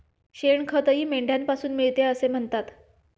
शेणखतही मेंढ्यांपासून मिळते असे म्हणतात